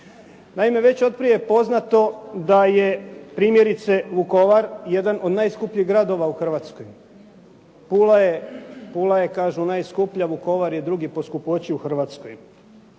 Naime već je od prije poznato da je primjerice Vukovar jedan od najskupljih gradova u Hrvatskoj, Pula je kažu najskuplja, Vukovar je drugi po skupoći u Hrvatskoj.